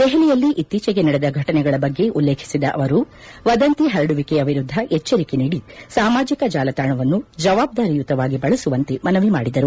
ದೆಹಲಿಯಲ್ಲಿ ಇತ್ತೀಚೆಗೆ ನಡೆದ ಘಟನೆಗಳ ಬಗ್ಗೆ ಉಲ್ಲೇಖಿಸಿದ ಅವರು ವದಂತಿ ಹರಡುವಿಕೆಯ ವಿರುದ್ದ ಎಚ್ಚರಿಕೆ ನೀಡಿ ಸಾಮಾಜಿಕ ಜಾಲತಾಣವನ್ನು ಜವಾಬ್ದಾರಿಯುತವಾಗಿ ಬಳಸುವಂತೆ ಮನವಿ ಮಾಡಿದರು